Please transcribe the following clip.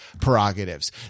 prerogatives